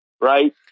right